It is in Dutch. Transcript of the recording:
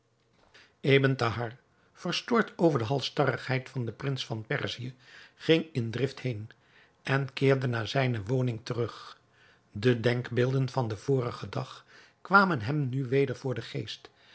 verstoord over de halstarrigheid van den prins van perzië ging in drift heen en keerde naar zijne woning terug de denkbeelden van den vorigen dag kwamen hem nu weder voor den geest